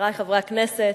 חברי חברי הכנסת,